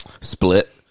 Split